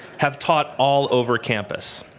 have taught all over campus.